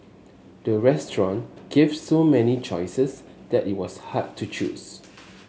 the restaurant gave so many choices that it was hard to choose